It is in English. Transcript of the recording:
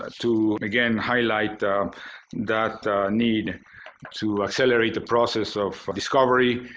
ah to, again, highlight that need to accelerate the process of discovery,